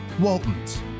Waltons